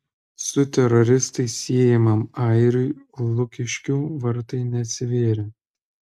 su teroristais siejamam airiui lukiškių vartai neatsivėrė